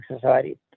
society